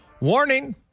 warning